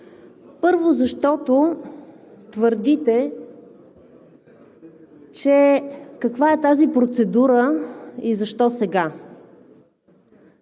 Първо, защото твърдите, че каква е тази процедура и защо сега?